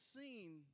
seen